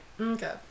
Okay